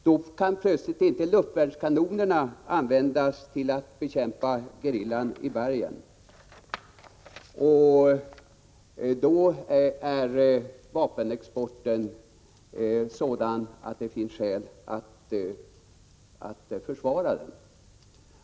Då kan plötsligt inte luftvärnskanonerna användas till att bekämpa gerillan i bergen, och då är vapenexporten sådan att det finns skäl att försvara den!